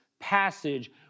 passage